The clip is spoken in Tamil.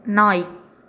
நாய்